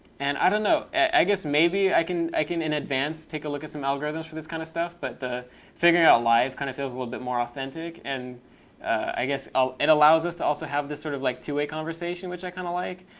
and i don't know. i guess maybe i can i can in advance take a look at some algorithms for this kind of stuff. but the figuring it out live kind of feels a little bit more authentic. and i guess ah it allows us to also have this sort of like two-way conversation which i kind of like,